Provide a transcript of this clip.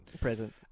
Present